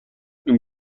این